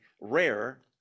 rare